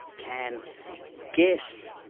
can guess,